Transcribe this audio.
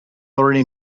already